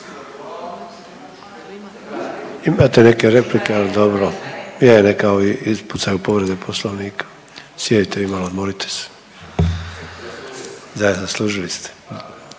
Imate neke replike, ali dobro. Je, neka ovi ispucaju povrede Poslovnika. Sjedite vi malo, odmorite se. Da, zaslužili ste.